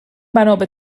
بنابه